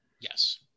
yes